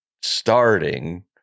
starting